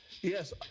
Yes